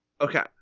Okay